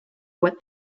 what